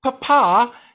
Papa